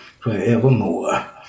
forevermore